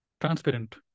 transparent